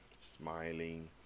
smiling